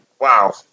Wow